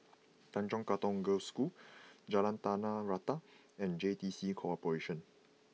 Tanjong Katong Girls' School Jalan Tanah Rata and J T C Corporation